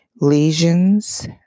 Lesions